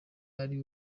ari